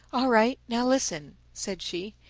all right. now listen, said she.